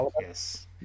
yes